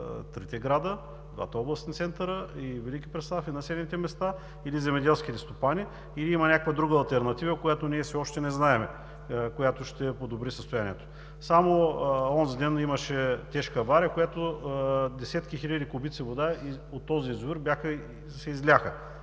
трите града, двата областни центъра, Велики Преслав и населените места или земеделските стопани? Или има някаква друга алтернатива, която ние все още не знаем, която ще подобри състоянието? Само онзи ден имаше тежка авария, когато десетки хиляди кубици вода от този язовир се изляха